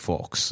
Fox